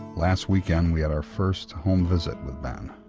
last weekend we had our first home visit with ben,